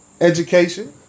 education